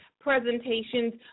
presentations